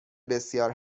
بسیار